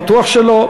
בטוח שלא,